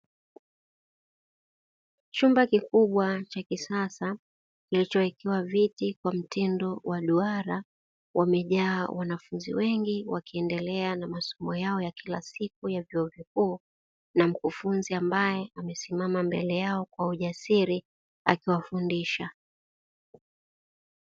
Chumba kikubwa cha kisasa kinachowekewa viti kwa mtindo wa duara, wamejaa wanafunzi wengi wakiendelea na masomo yao ya kila siku ya vyuo vikuu na mkufunzi ambaye amesimama mbele yao kwa ujasiri akiwafundisha.